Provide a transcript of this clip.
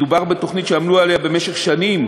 מדובר בתוכנית שעמלו עליה במשך שנים,